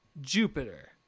Jupiter